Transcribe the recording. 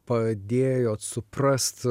padėjot suprast